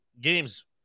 games